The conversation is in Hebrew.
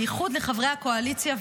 בייחוד לחברי הקואליציה והממשלה,